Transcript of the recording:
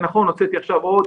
ונכון, הוצאנו עכשיו עוד